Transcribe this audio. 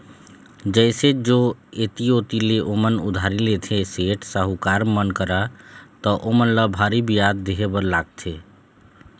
जइसे जो ऐती ओती ले ओमन उधारी लेथे, सेठ, साहूकार मन करा त ओमन ल भारी बियाज देहे बर लागथे